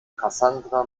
cassandra